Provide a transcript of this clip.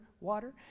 water